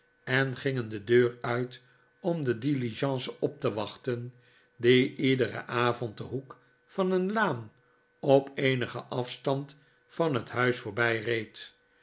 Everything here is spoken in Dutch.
en gingen de deur uit om de diligence op te wachten die iederen avond den hoek van een laan op eenigen afstand van het huis